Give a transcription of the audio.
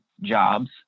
jobs